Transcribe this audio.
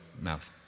mouth